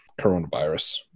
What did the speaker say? coronavirus